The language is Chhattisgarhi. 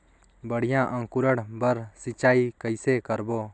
बढ़िया अंकुरण बर सिंचाई कइसे करबो?